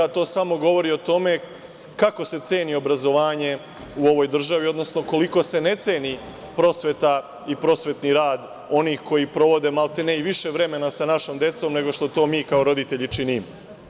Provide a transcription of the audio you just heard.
To samo govori o tome kako se ceni obrazovanje u ovoj državi, odnosno koliko se ne ceni prosveta i prosvetni rad onih koji provode maltene više vremena sa našom decom nego što to mi kao roditelji činimo.